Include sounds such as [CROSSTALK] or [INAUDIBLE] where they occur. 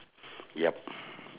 [BREATH] yup [BREATH]